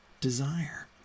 desire